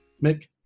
Mick